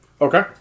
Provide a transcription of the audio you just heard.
Okay